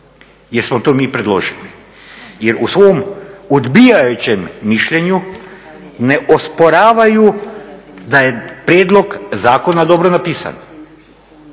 jer smo to mi predložili jer u svom odbijajućem mišljenju ne osporavaju da je prijedlog zakona dobro napisan.